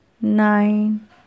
nine